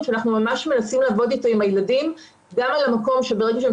שאנחנו ממש מנסים לעבוד איתו עם הילדים גם על המקום שברגע שהם